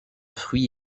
fruits